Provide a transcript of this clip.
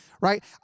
right